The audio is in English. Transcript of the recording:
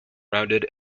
rounded